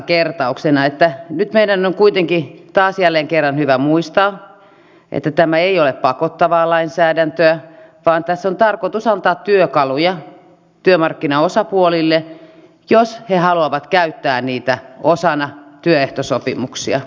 nyt meidän on kuitenkin taas jälleen kerran hyvä muistaa että tämä ei ole pakottavaa lainsäädäntöä vaan tässä on tarkoitus antaa työkaluja työmarkkinaosapuolille jos he haluavat käyttää niitä osana työehtosopimuksia